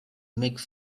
makes